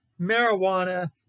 marijuana